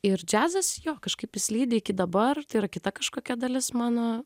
ir džiazas jo kažkaip jis lydi iki dabar tai yra kita kažkokia dalis mano